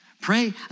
Pray